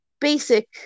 basic